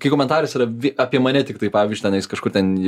kai komentaras yra vi apie mane tiktai pavyzdžiui tenais kažkur ten